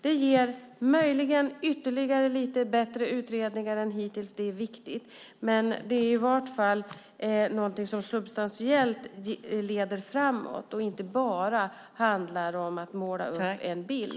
Det ger möjligen ytterligare lite bättre utredningar än hittills, och det är viktigt. Det är i vart fall något som substantiellt leder framåt och inte bara handlar om att måla upp en bild.